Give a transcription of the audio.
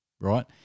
right